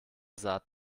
saat